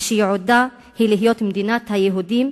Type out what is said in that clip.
וייעודה להיות מדינת היהודים,